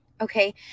Okay